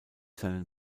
seinen